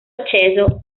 acceso